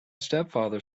stepfather